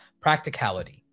practicality